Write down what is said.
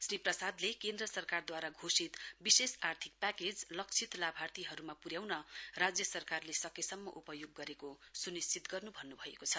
श्री प्रसादले केन्द्र सरकारद्वारा घोषित विशेष आर्थिक प्याकेज लक्षित लाभार्थीहरुमा पुर्याउन राज्य सरकारले सकेसम्म उपयोग सुनिश्चित गर्नु भन्नुभएको छ